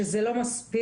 שזה לא מספיק.